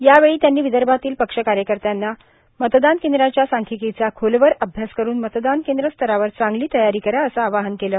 यावेळी त्यांनी विदर्भातील पक्षकार्यकत्यांना मतदान केंद्राच्या सांख्यिकीचा खोलवर अभ्यास करून मतदान केंद्र स्तरावर चांगली तयारी करा असं आवाहन केलं